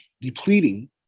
depleting